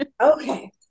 Okay